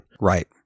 Right